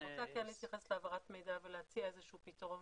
אני כן רוצה להתייחס להעברת מידע ולהציע איזה שהוא פתרון,